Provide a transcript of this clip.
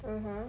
(uh huh)